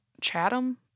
Chatham